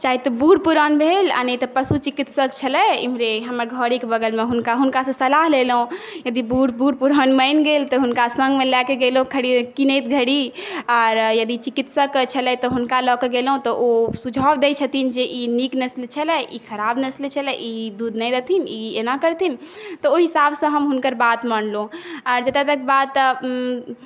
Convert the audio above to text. चाहे तऽ बूढ़ पुरान भेल आ नहि तऽ पशु चिकित्सक छलै इम्हरे हमर घरेके बगलमे हुनका हुनकासँ सलाह लेलहुँ यदि बूढ़ पुरान मानि गेल तऽ हुनका सङ्गमे लए कऽ गेलहुँ किनैत घड़ी आर यदि चिकित्सक छलथि तऽ हुनका लए कऽ गेलहुँ तऽ ओ सुझाव दैत छथिन जे ई नीक नस्ल छलै ई खराब नस्ल छलै ई दूध नहि देथिन ई एना करथिन तऽ ओहि हिसाबसँ हम हुनकर बात मानलहुँ आ जतय तक बात